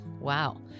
Wow